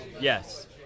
Yes